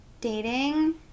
dating